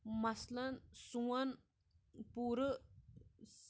مثلاً سون پوٗرٕ